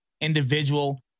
individual